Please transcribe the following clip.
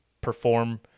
perform